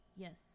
Yes